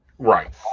Right